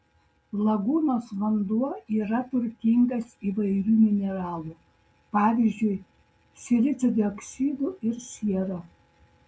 lagūnos vanduo yra turtingas įvairių mineralų pavyzdžiui silicio dioksidu ir siera